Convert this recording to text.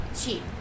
cheap